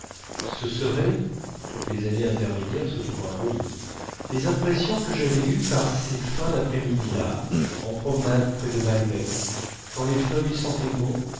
ce serait toutes les années intermédiaires se trouvant abolies les impressions que j'avais eues par ces fins daprès midi là en promenade près de balbec quand les feuilles sentaient bon